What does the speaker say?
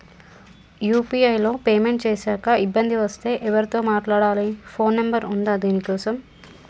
UPI లో payment చేశాక ఇబ్బంది వస్తే ఎవరితో మాట్లాడాలి? ఫోన్ నంబర్ ఉందా దీనికోసం?